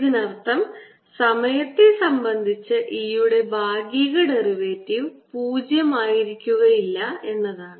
ഇതിനർത്ഥം സമയത്തെ സംബന്ധിച്ച് E യുടെ ഭാഗിക ഡെറിവേറ്റീവ് 0 ആയിരിക്കുകയില്ല എന്നാണ്